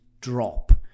drop